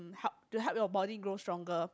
help to help your body grow stronger